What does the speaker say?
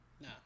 No